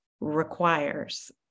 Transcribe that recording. requires